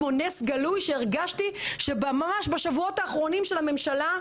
כמו נס גלוי שהרגשתי ממש בשבועות האחרונים של הממשלה,